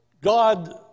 God